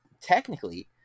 technically